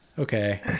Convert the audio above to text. Okay